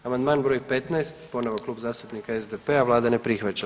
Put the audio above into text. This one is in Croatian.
Amandman br. 15, ponovo Klub zastupnika SDP-a, Vlada ne prihvaća.